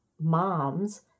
moms